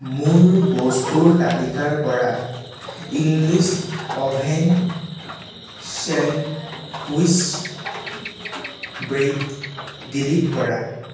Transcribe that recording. মোৰ বস্তুৰ তালিকাৰ পৰা English oven sandwich bread delete কৰা